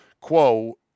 quo